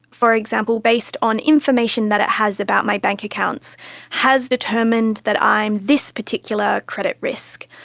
for example based on information that it has about my bank accounts has determined that i am this particular credit risk.